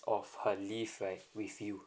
of her I leave right with you